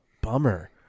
bummer